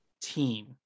team